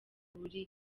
buri